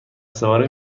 سواری